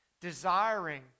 Desiring